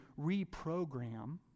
reprogram